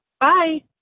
Bye